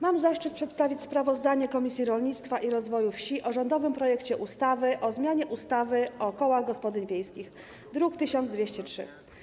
Mam zaszczyt przedstawić sprawozdanie Komisji Rolnictwa i Rozwoju Wsi o rządowym projekcie ustawy o zmianie ustawy o kołach gospodyń wiejskich, druk nr 1203.